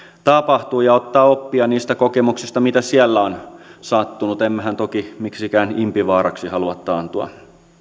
tapahtuu ja ottaa oppia niistä kokemuksista mitä siellä on sattunut emmehän toki miksikään impivaaraksi halua taantua